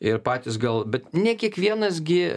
ir patys gal bet ne kiekvienas gi